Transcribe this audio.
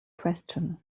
question